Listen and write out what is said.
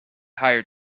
hire